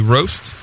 Roast